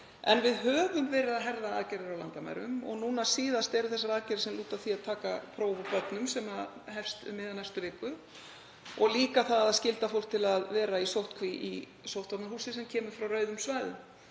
en við höfum verið að herða aðgerðir á landamærum og núna síðast eru aðgerðir sem lúta að því að taka próf úr börnum, sem hefst um miðja næstu viku, og líka það að skylda fólk til að vera í sóttkví í sóttvarnahúsi sem kemur frá rauðum svæðum.